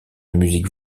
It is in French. musique